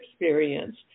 experience